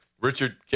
Richard